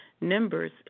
numbers